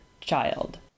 child